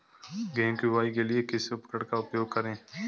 गेहूँ की बुवाई के लिए किस उपकरण का उपयोग करें?